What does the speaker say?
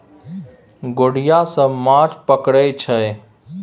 गोढ़िया सब माछ पकरई छै